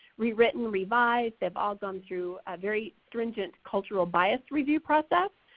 rewritten, revised, they've all gone through a very stringent cultural bias review process.